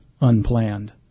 unplanned